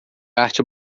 arte